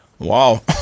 Wow